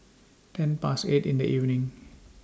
ten Past eight in The evening